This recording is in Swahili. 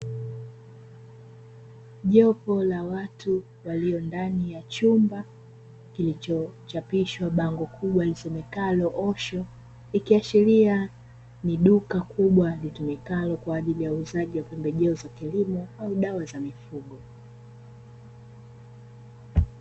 Jopo la watu walio ndani ya chumba, kilichochapishwa bango kubwa lisemekalo "OSHO", ikiashilia kuwa ni duka kubwa litumikalo kwa ajili ya uuzaji pembejeo za kilimo au dawa za mifugo.